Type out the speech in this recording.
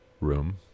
room